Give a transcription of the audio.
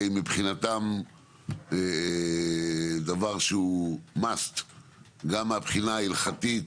הוא מבחינתם דבר שהוא must גם מהבחינה ההלכתית,